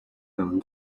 down